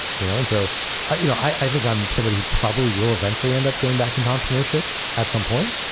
you know and so i think you know i think i'm somebody who probably will eventually end up going back into entrepreneurship at some point,